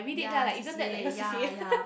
ya C_C_A ya ya